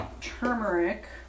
turmeric